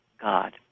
God